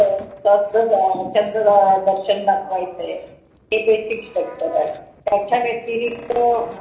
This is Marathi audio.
तर सहस्त्र चंद्र दर्शन दाखवायचं आहे हे बेसिक स्ट्रक्चर आहे त्याच्या व्यतिरिक्त